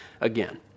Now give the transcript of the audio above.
again